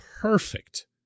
perfect